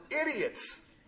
idiots